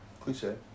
Cliche